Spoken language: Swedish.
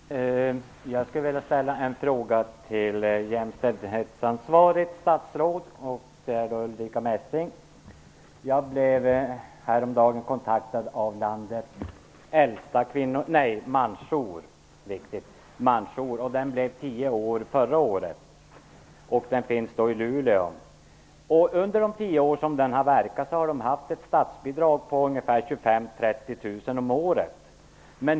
Fru talman! Jag skulle vilja ställa en fråga till det statsråd som är ansvarigt för jämställdheten, nämligen Jag blev häromdagen kontaktad av landets äldsta mansjour. Den blev tio år förra året. Den finns i Luleå. Under de tio år som mansjouren har verkat har man haft ett statsbidrag på 25 000-30 000 om året.